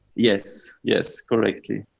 yes. yes. correctly.